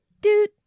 Dude